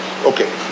Okay